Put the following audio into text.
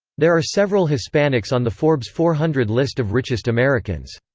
there are several hispanics on the forbes four hundred list of richest americans.